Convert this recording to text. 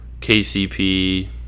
KCP